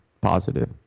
positive